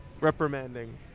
Reprimanding